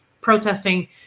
protesting